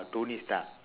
tony stark